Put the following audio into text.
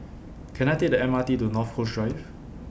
Can I Take The M R T to North Coast Drive